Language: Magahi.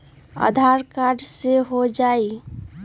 आधार कार्ड से हो जाइ?